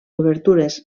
obertures